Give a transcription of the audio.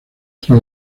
tras